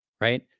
right